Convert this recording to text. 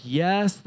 yes